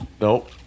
Nope